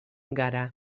gara